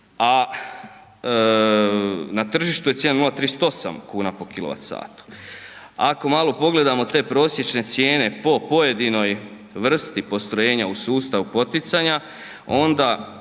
a na tržištu je cijena 0,38kn po kW. Ako malo pogledamo te prosječne cijene po pojedinoj vrsti postrojenja u sustav poticanja onda